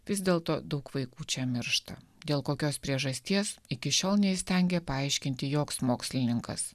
vis dėlto daug vaikų čia miršta dėl kokios priežasties iki šiol neįstengia paaiškinti joks mokslininkas